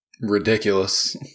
ridiculous